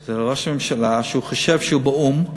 זה לראש הממשלה, שחושב שהוא באו"ם.